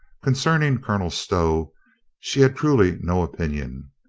concern ing colonel stow she had truly no opinion.